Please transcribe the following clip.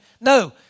No